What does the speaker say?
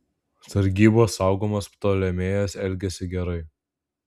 sargybos saugomas ptolemėjas elgėsi gerai